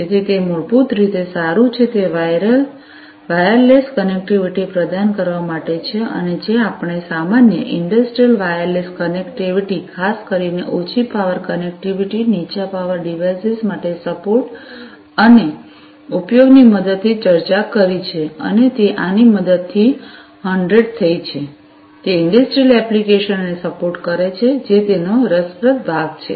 તેથી તે મૂળભૂત રીતે સારું છે તે વાયરલેસ કનેક્ટિવિટી પ્રદાન કરવા માટે છે અને તે જ આપણે સામાન્ય ઇંડસ્ટ્રિયલ વાયરલેસ કનેક્ટિવિટી ખાસ કરીને ઓછી પાવર કનેક્ટિવિટી નીચા પાવર ડિવાઇસીસ માટે સપોર્ટ અને ઉપયોગની મદદથી ચર્ચા કરી છે અને તે આની મદદથી 100 થઈ શકે છે તે ઇંડસ્ટ્રિયલ એપ્લિકેશનોને સપોર્ટ કરે છે જે તેનો રસપ્રદ ભાગ છે